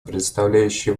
предоставляющие